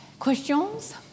Questions